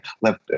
left